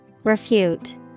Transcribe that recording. Refute